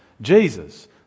Jesus